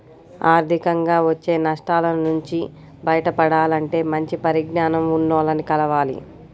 ఆర్థికంగా వచ్చే నష్టాల నుంచి బయటపడాలంటే మంచి పరిజ్ఞానం ఉన్నోల్లని కలవాలి